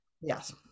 yes